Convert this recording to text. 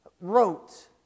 wrote